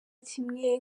kimwe